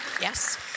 Yes